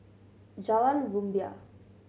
Jalan Rumbia